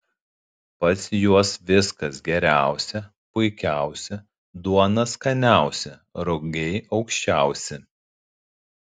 pas juos viskas geriausia puikiausia duona skaniausia rugiai aukščiausi